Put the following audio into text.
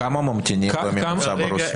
כמה ממתינים בממוצע ברוסיה?